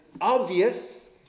obvious